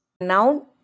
noun